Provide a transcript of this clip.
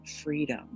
freedom